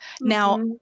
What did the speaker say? Now